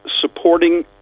supporting